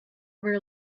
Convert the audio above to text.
were